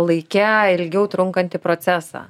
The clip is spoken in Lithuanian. laike ilgiau trunkantį procesą